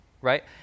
Right